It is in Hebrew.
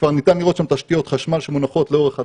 כבר ניתן לראות שם תשתיות חשמל שמונחות לאורך הדרך.